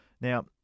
Now